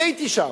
אני הייתי שם,